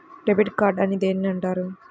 Debit card అని దేనిని అంటారు?